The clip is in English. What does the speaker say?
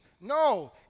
No